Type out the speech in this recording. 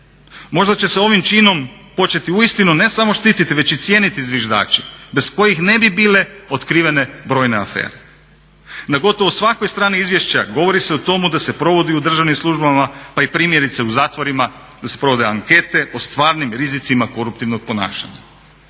Možda će se ovim činom početi uistinu ne samo štititi već i cijeniti zviždači bez kojih ne bi bile otkrivene brojne afere. Na gotovo svakoj strani izvješća govori se o tomu da se provodi u državnim službama pa i primjerice u zatvorima da se provode ankete o stvarnim rizicima koruptivnog ponašanja.